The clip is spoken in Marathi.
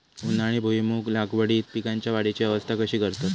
उन्हाळी भुईमूग लागवडीत पीकांच्या वाढीची अवस्था कशी करतत?